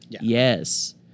yes